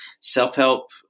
self-help